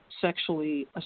sexually